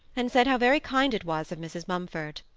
and said how very kind it was of mrs. mumford.